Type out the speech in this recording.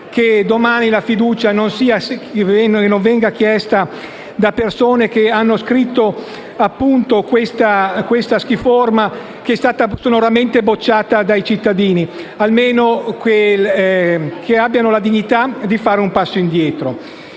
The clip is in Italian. che domani la fiducia non venga chiesta da persone che hanno scritto la "schiforma" che è stata sonoramente bocciata dai cittadini: che abbiano almeno la dignità di fare un passo indietro.